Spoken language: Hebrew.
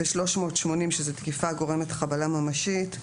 ו-380 שזה תקיפה הגורמת חבלה ממשית,